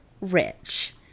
rich